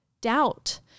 doubt